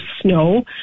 snow